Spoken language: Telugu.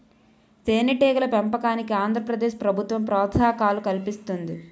తేనెటీగల పెంపకానికి ఆంధ్ర ప్రదేశ్ ప్రభుత్వం ప్రోత్సాహకాలు కల్పిస్తుంది